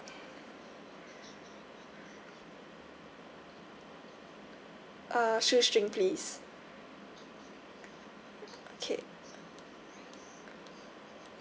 uh shoestring please okay